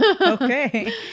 okay